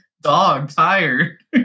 dog-tired